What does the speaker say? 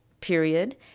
period